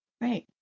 right